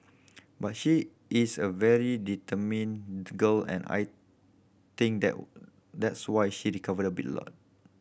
but she is a very determined girl and I think that that's why she recovered be lot